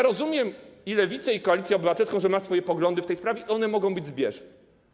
Rozumiem Lewicę i Koalicję Obywatelską, że mają swoje poglądy w tej sprawie i one mogą być zbieżne.